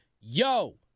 yo